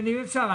כן אם אפשר.